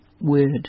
word